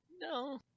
No